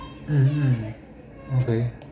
mm mm okay